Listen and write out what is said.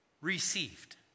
received